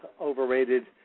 overrated